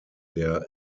der